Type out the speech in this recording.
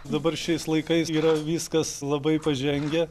dabar šiais laikais yra viskas labai pažengę